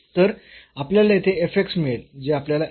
तर आपल्याला येथे मिळेल जे आपल्याला देईल